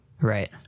right